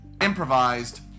Improvised